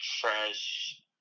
fresh